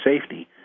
safety